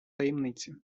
таємниці